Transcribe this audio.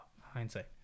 hindsight